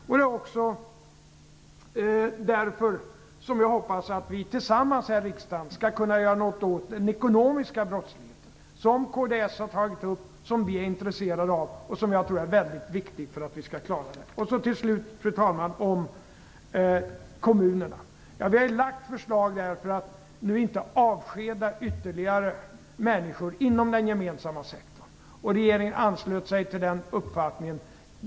Jag hoppas också att vi tillsammans här i riksdagen skall kunna göra något åt den ekonomiska brottsligheten, som kds har tagit upp och som vi är intresserade av. Jag tror att det är väldigt viktigt att vi klarar av det. Till slut, fru talman, vill jag säga något om kommunerna. Vi har lagt fram förslag för att ytterligare människor inte skall avskedas inom den gemensamma sektorn. Regeringen anslöt sig till den uppfattningen.